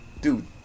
dude